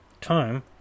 time